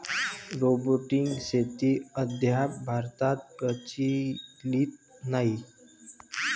robotic शेती अद्याप भारतात प्रचलित नाही